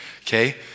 Okay